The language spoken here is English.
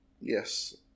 yes